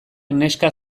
neskak